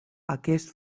aquest